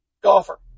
golfer